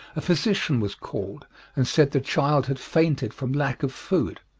a physician was called and said the child had fainted from lack of food.